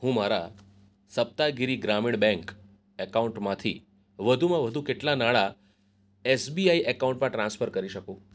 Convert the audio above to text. હું મારા સપ્તાગીરી ગ્રામીણ બેંક એકાઉન્ટમાંથી વધુમાં વધુ કેટલાં નાણાં એસબીઆઈ એકાઉન્ટમાં ટ્રાન્સફર કરી શકું